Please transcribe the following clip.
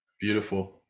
beautiful